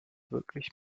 wirklich